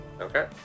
okay